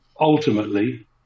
ultimately